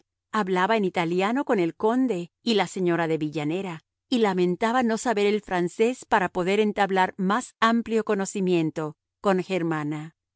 hablaba en italiano con el conde y la señora de villanera y lamentaba no saber el francés para poder entablar más amplio conocimiento con germana